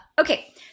Okay